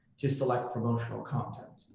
just select promotional content?